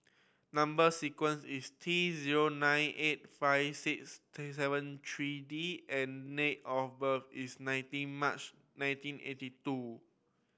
number sequence is T zero nine eight five six seven three D and date of birth is nineteen March nineteen eighty two